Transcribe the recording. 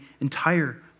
entire